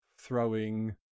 throwing